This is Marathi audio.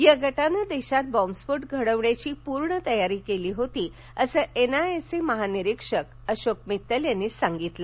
या गटानं देशात बॉम्बस्फोट घडवण्याची पूर्ण तयारी केली होती असं एन आय ए चे महानिरीक्षक अशोक मित्तल यांनी सांगितलं